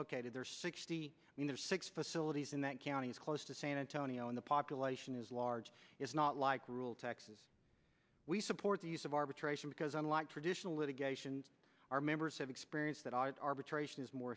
located there sixty six facilities in that county is close to san antonio and the population is large it's not like rule texas we support the use of arbitration because unlike traditional litigation our members have experience that arbitration is more